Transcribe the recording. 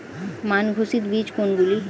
মান ঘোষিত বীজ কোনগুলি?